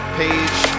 page